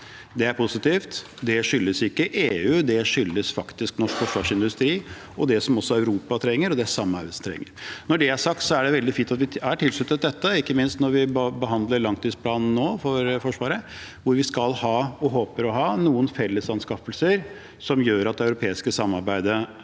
Det er positivt. Det skyldes ikke EU, det skyldes faktisk norsk forsvarsindustri og det som også Europa trenger. Når det er sagt, er det veldig fint at vi er tilsluttet dette, ikke minst når vi nå behandler langtidsplanen for Forsvaret, hvor vi skal ha, og håper å ha, noen fellesanskaffelser som gjør at det europeiske samarbeidet